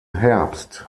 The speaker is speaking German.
herbst